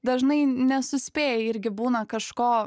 dažnai nesuspėji irgi būna kažko